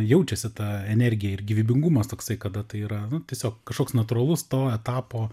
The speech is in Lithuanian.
jaučiasi ta energija ir gyvybingumas toksai kada tai yra nu tiesiog kažkoks natūralus to etapo